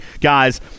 Guys